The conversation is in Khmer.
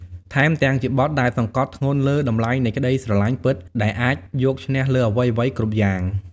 ថែមទាំងជាបទដែលសង្កត់ធ្ងន់លើតម្លៃនៃក្តីស្រឡាញ់ពិតដែលអាចយកឈ្នះលើអ្វីៗគ្រប់យ៉ាង។